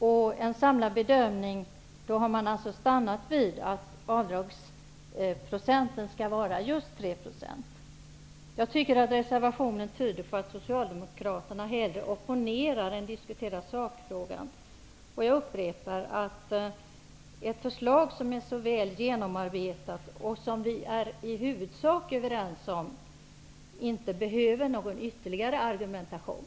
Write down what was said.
Vid en samlad bedömning har man stannat vid att avdraget skall vara just 3 %. Jag tycker att reservationen tyder på att Socialdemokraterna hellre opponerar än diskuterar sakfrågan. Jag upprepar: Ett förslag som är så väl genomarbetat och som vi i huvudsak är överens om behöver inte någon ytterligare argumentation.